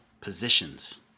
positions